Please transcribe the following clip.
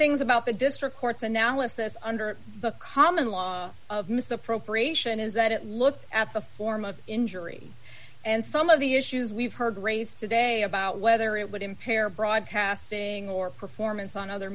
things about the district court the now less that's under the common law of misappropriation is that it looked at the form of injury and some of the issues we've heard raised today about whether a it would impair broadcasting or performance on other